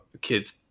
kids